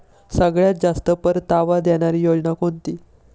सगळ्यात जास्त परतावा देणारी योजना कोणती?